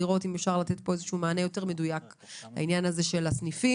לראות אם אפשר לתת כאן מענה יותר מדויק לעניין הזה של הסניפים.